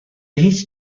هیچ